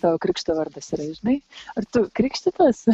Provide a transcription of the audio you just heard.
tavo krikšto vardas yra žinai ar tu krikštytas